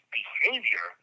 behavior